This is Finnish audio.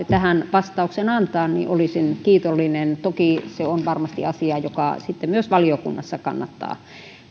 tähän vastauksen antaa olisin kiitollinen toki se on varmasti asia joka sitten myös valiokunnassa kannattaa